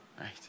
right